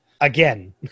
again